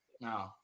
no